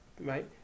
right